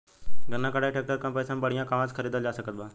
गन्ना कटाई ट्रैक्टर कम पैसे में बढ़िया कहवा से खरिदल जा सकत बा?